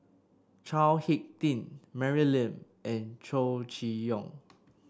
Chao HicK Tin Mary Lim and Chow Chee Yong